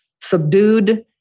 subdued